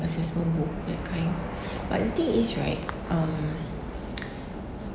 assessment book that kind but the thing is right um